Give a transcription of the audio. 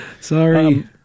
Sorry